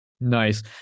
nice